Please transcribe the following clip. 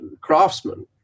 craftsmen